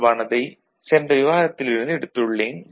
தொடர்பானதைச் சென்ற விவாதத்தில் இருந்து எடுத்துள்ளேன்